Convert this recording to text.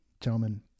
Gentlemen